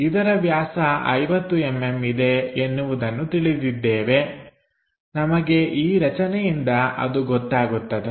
ಇದರ ವ್ಯಾಸ 50mm ಇದೆ ಎನ್ನುವುದನ್ನು ತಿಳಿದಿದ್ದೇವೆ ನಮಗೆ ಈ ರಚನೆಯಿಂದ ಅದು ಗೊತ್ತಾಗುತ್ತದೆ